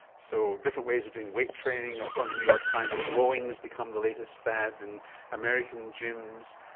so, different ways of doing weight training. i saw in the new york times rowing has become the latest fad in american gyms.